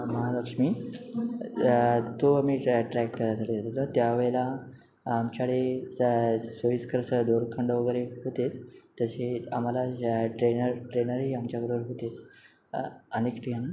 महालक्ष्मी तो आम्ही ट्रॅक करतो त्या वेळेला आमच्याडे सोयीस्कर दोरखंड वगैरे होतेच तसे आम्हाला ट्रेनर ट्रेनरही आमच्याबरोबर होतेच आणि ट्रेन